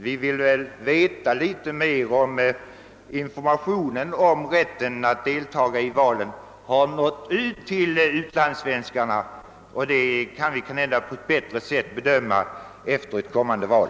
Vi vill få litet bättre kunskaper om huruvida informationen om rätten att delta i valen har nått ut till utlandssvenskarna. Det kan vi kanske på ett bättre sätt bedöma efter ett kommande val.